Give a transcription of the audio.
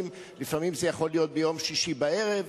לפעמים זה יכול להיות ביום שישי בערב.